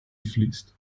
fließt